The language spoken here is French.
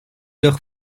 leur